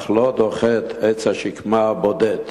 אך לא דוחה את עץ השקמה הבודד.